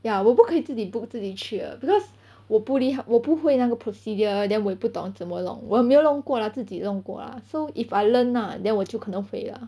ya 我不可以自己 book 自己去的 because 我不厉害我不会那个 procedure then 我也不懂要怎么弄我没有弄过 lah 自己弄过 lah so if I learned lah then 我就可能 lah